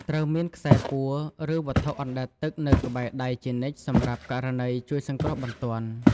ត្រូវមាន ខ្សែពួរ ឬវត្ថុអណ្តែតទឹកនៅក្បែរដៃជានិច្ចសម្រាប់ករណីជួយសង្គ្រោះបន្ទាន់។